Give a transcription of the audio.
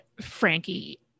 Frankie